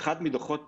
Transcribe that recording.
באחד מדוחות